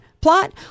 plot